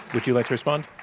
would you like to respond,